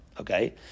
Okay